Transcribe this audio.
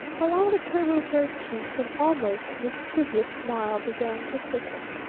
along the curve of her cheeks an almost mischievous smile began to quicken.